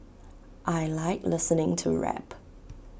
I Like listening to rap